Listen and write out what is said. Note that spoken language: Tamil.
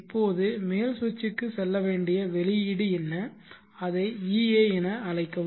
இப்போது மேல் சுவிட்சுக்குச் செல்ல வேண்டிய வெளியீடு என்ன அதை ea என அழைக்கவும்